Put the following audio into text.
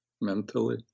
mentally